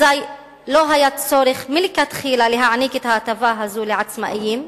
אזי לא היה צורך מלכתחילה להעניק את ההטבה הזאת לעצמאים,